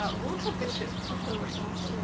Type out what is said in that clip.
ah walter bishop from fringe.